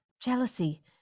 Jealousy